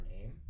name